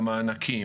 המענקים,